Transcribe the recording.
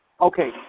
Okay